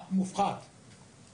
המופחת שהושקע.